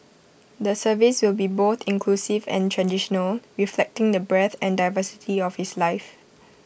the service will be both inclusive and traditional reflecting the breadth and diversity of his life